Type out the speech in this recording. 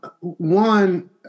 one